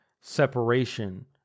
separation